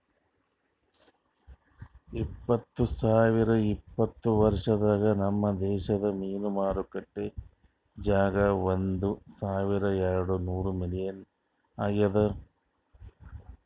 ಇಪ್ಪತ್ತು ಸಾವಿರ ಉಪತ್ತ ವರ್ಷದಾಗ್ ನಮ್ ದೇಶದ್ ಮೀನು ಮಾರುಕಟ್ಟೆ ಜಾಗ ಒಂದ್ ಸಾವಿರ ಎರಡು ನೂರ ಬಿಲಿಯನ್ ಆಗ್ಯದ್